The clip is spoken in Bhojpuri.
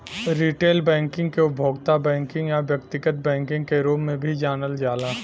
रिटेल बैंकिंग के उपभोक्ता बैंकिंग या व्यक्तिगत बैंकिंग के रूप में भी जानल जाला